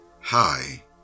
Hi